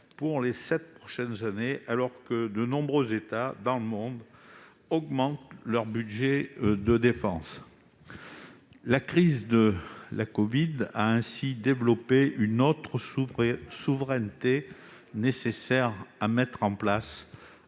pour les sept prochaines années, alors que de nombreux États dans le monde augmentent leur budget de défense. La crise de la covid-19 a ainsi souligné la nécessité de mettre en place